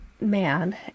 man